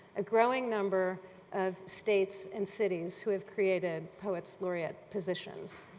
a growing number of states and cities who have created poets laureate positions.